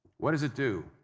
what does it do?